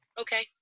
okay